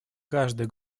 каждое